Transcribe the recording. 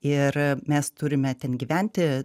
ir mes turime ten gyventi